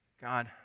God